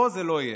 פה זה לא יהיה.